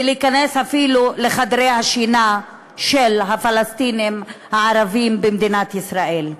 ולהיכנס אפילו לחדרי השינה של הפלסטינים הערבים במדינת ישראל.